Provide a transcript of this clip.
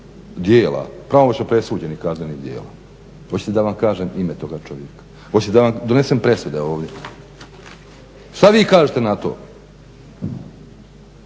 djela, pravomoćno presuđenih kaznenih djela. Hoćete da vam kažem ime toga čovjeka? Hoćete da vam donesem presude ovdje? Što vi kažete na to?